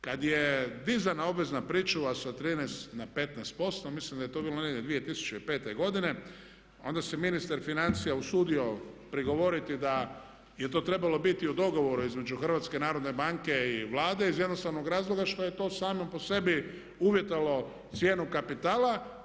Kad je dizana obvezna pričuva sa 13 na 15% mislim da je to bilo negdje 2005. godine onda se ministar financija usudio prigovoriti da je to trebalo biti u dogovoru između HNB-a i Vlade iz jednostavnog razloga što je to samo po sebi uvjetovalo cijenu kapitala.